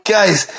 Guys